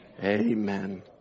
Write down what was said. Amen